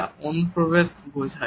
এটি অনুপ্রবেশ বোঝায়